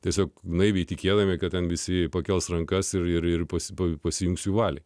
tiesiog naiviai tikėdami kad ten visi pakels rankas ir pasibaigė pasiimsiu valiai